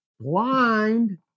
blind